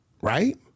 right